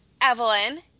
Evelyn